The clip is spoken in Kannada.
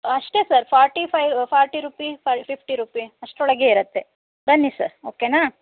ಅಷ್ಟೆ sir forty five forty rupees five fifty rupee ಅಷ್ಟರೊಳಗೆ ಇರುತ್ತೆ ಬನ್ನಿ ಸರ್ ಓಕೆನಾ